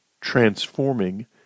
transforming